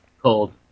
Cold